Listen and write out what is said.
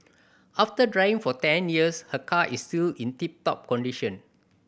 after driving for ten years her car is still in tip top condition